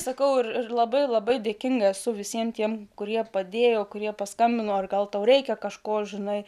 sakau ir labai labai dėkinga esu visiems tiems kurie padėjo kurie paskambino ir gal tau reikia kažko žinai